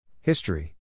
History